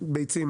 ביצים,